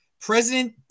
president